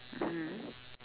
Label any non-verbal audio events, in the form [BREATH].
mmhmm [BREATH]